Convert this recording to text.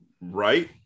Right